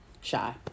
shy